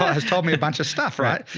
has told me a bunch of stuff, right?